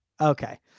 Okay